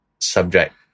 subject